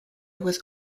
was